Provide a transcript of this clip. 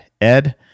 ed